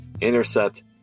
intercept